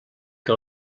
que